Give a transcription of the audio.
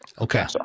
Okay